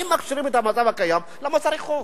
אם מכשירים את המצב הקיים, למה צריך חוק?